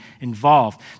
involved